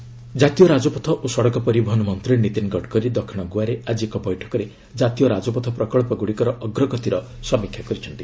ଗୋଆ ଗଡ଼କରୀ ଜାତୀୟ ରାଜପଥ ଓ ସଡ଼କ ପରିବହନ ମନ୍ତ୍ରୀ ନୀତିନ ଗଡ଼କରୀ ଦକ୍ଷିଣ ଗୋଆରେ ଆଜି ଏକ ବୈଠକରେ ଜାତୀୟ ରାଜପଥ ପ୍ରକଳ୍ପଗୁଡ଼ିକର ଅଗ୍ରଗତିର ସମୀକ୍ଷା କରିଛନ୍ତି